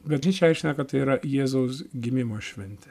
bažnyčia aiškina kad tai yra jėzaus gimimo šventė